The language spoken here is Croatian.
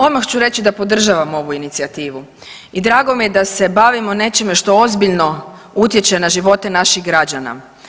Odmah ću reći da podržavam ovu inicijativu i drago mi je da se bavimo nečime što ozbiljno utječe na živote naših građana.